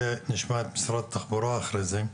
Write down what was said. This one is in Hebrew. ונשמע את משרד התחבורה אחרי זה.